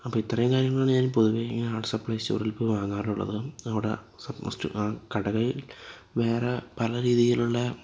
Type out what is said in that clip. അപ്പോൾ ഇത്രയും കാര്യങ്ങളാണ് ഞാന് പൊതുവേ ആർട്ട് സപ്ലൈസ് സ്റ്റോറില് പോയി വാങ്ങാറുള്ളതും അവിടെ ആ സപ്പോസ് കടകളില് വേറെ പല രീതിയിലുള്ള